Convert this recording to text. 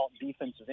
defensive